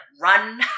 run